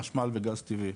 חשמל וגז טבעי,